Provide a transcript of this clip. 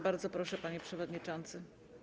Bardzo proszę, panie przewodniczący.